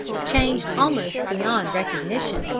changed almost beyond recognition,